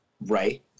right